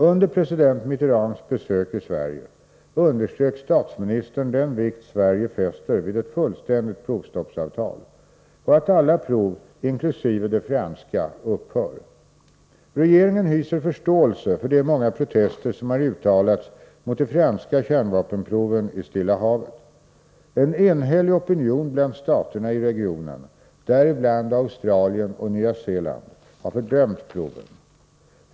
Under president Mitterrands besök i Sverige underströk statsministern den vikt Sverige fäster vid ett fullständigt provstoppsavtal och att alla prov inkl. de franska upphör. Regeringen hyser förståelse för de många protester som har uttalats mot de franska kärnvapenproven i Stilla havet. En enhällig opinion bland staterna i regionen, däribland Australien och Nya Zeeland, har fördömt proven.